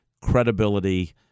credibility